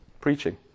preaching